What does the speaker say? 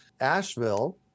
Asheville